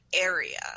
area